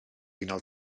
unol